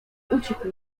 ucichł